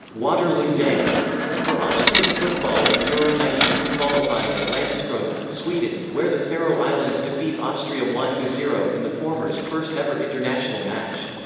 waterloo day for austrian football in euro ninety two qualifying at landskrona, sweden, where the faroe islands defeat austria one zero in the former's first ever international match.